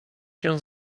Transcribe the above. się